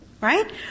Right